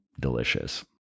Delicious